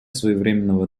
своевременного